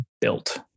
built